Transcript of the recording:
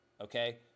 okay